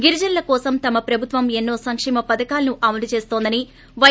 గిరిజనులోకోసం తమ ప్రభుత్వం ఎన్నో సంకేమ పధకాలను అమలు చేస్తోందని పై